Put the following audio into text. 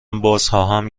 بازخواهم